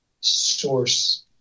source